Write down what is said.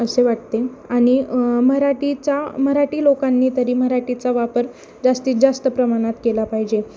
असे वाटते आणि मराठीचा मराठी लोकांनी तरी मराठीचा वापर जास्तीत जास्त प्रमाणात केला पाहिजे